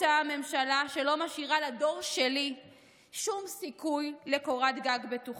אותה ממשלה שלא משאירה לדור שלי שום סיכוי לקורת גג בטוחה.